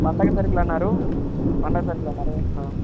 పండుగ సరుకులు అన్నారు పండుగ సరుకులు అన్నారు